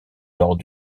lors